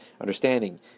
understanding